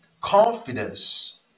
confidence